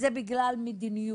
זה בגלל מדיניות.